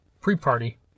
pre-party